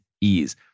ease